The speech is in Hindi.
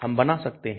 हम बना सकते हैं